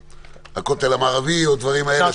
על הכותל המערבי או דברים כאלה.